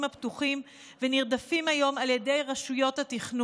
עוברות מסלול חתחתים וסבל בלתי נסבל.